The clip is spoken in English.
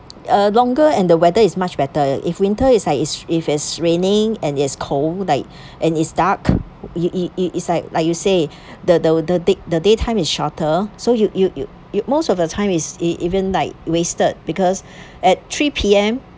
uh longer and the weather is much better if winter it's like it's if it's raining and it's cold like and it's dark it it it's like like you say the the the day the daytime is shorter so you you you you most of the time is e~ even like wasted because at three P_M